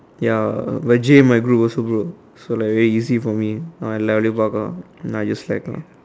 ya but Jay in my group also bro so like very easy for me then I just slack ah